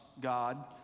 God